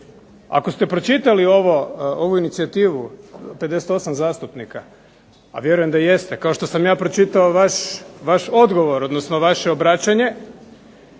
Ako ste pročitali ovu inicijativu 58 zastupnika, a vjerujem da jeste kao što sam ja pročitao vaš odgovor odnosno vaše obraćanje